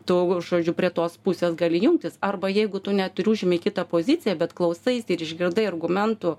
tu žodžiu prie tos pusės gali jungtis arba jeigu tu net ir užimi kitą poziciją bet klausaisi ir išgirdai argumentų